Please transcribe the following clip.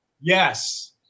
Yes